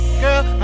girl